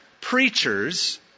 preachers